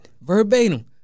verbatim